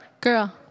Girl